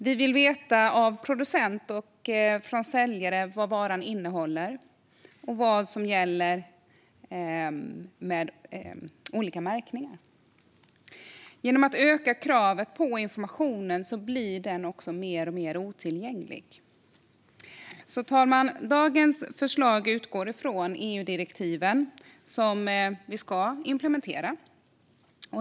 Vi vill veta från producent och säljare vad varan innehåller och vad som gäller med olika märkningar. I och med ökande krav på information blir informationen mer och mer otillgänglig. Fru talman! Dagens förslag utgår från EU-direktiven, som vi ska implementera.